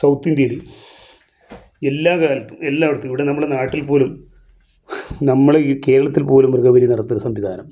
south ഇന്ത്യയിൽ എല്ലാ കാലത്തും എല്ലായിടത്തും ഇവിടെ നമ്മുടെ നാട്ടിൽ പോലും നമ്മൾ ഈ കേരളത്തിൽ പോലും മൃഗബലി നടത്തിയ സംവിധാനം